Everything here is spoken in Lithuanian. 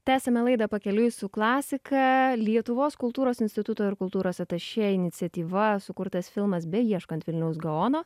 tęsiame laidą pakeliui su klasika lietuvos kultūros instituto ir kultūros atašė iniciatyva sukurtas filmas beieškant vilniaus gaono